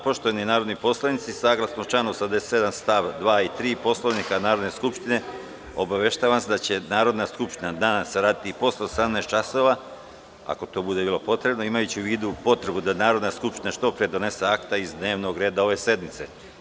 Poštovani narodni poslanici, saglasno članu 87. stav 2. i 3. Poslovnika Narodne skupštine, obaveštavam vas da će Narodna skupština danas raditi i posle 18,00 časova, ako bude bilo potrebe, imajući u vidu potrebu da Narodna skupština što pre donese akte iz dnevnog reda ove sednice.